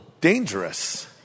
dangerous